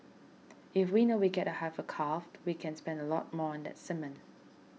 if we know we'll get a heifer calf we can spend a lot more on that semen